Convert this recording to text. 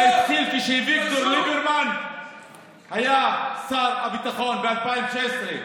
זה התחיל כשאביגדור ליברמן היה שר הביטחון ב-2016.